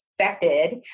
affected